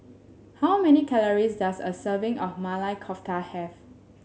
how many calories does a serving of Maili Kofta have